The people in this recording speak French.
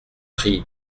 prie